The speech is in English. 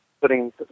putting